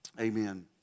Amen